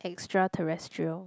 extra terrestrial